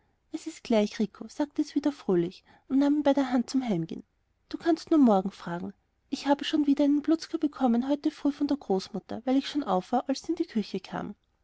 es ist gleich rico sagte es wieder fröhlich und nahm ihn bei der hand zum heimgehen du kannst nur morgen fragen ich habe auch schon wieder einen blutzger bekommen heute früh von der großmutter weil ich schon auf war als sie in die küche kam